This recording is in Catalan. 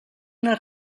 una